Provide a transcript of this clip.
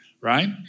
Right